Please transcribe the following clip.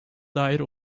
dair